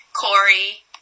Corey